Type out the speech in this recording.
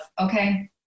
okay